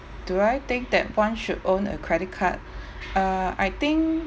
do I think that [one] should own a credit card uh I think